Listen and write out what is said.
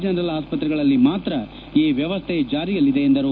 general ಆಸ್ಪತ್ರೆಗಳಲ್ಲಿ ಮಾತ್ರ ಈ ವ್ಯವಸ್ಥೆ ಜಾರಿಯಲ್ಲಿದೆ ಎಂದರು